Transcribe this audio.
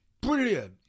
Brilliant